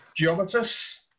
Geometus